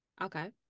okay